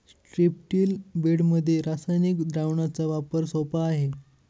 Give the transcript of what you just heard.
स्ट्रिप्टील बेडमध्ये रासायनिक द्रावणाचा वापर सोपा आहे